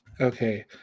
Okay